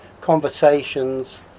conversations